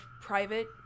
private